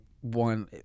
one